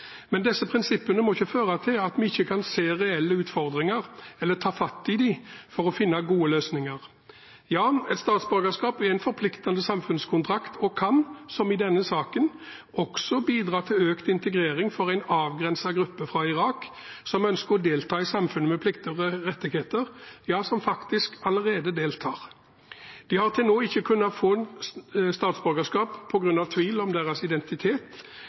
Men disse prinsippene må ikke føre til at vi ikke kan se reelle utfordringer eller ta fatt i dem for å finne gode løsninger. Ja, et statsborgerskap er en forpliktende samfunnskontrakt. Det kan, som i denne saken, også bidra til økt integrering for en avgrenset gruppe fra Irak som ønsker å delta i samfunnet med plikter og rettigheter – ja, som faktisk allerede deltar. De har til nå ikke kunnet få norsk statsborgerskap på grunn av tvil om deres identitet.